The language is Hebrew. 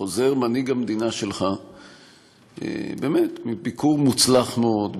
חוזר מנהיג המדינה שלך באמת מביקור מוצלח מאוד,